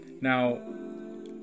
Now